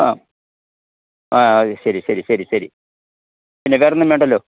ആ ആ അത് ശരി ശരി ശരി ശരി പിന്നെ വേറെയൊന്നും വേണ്ടല്ലോ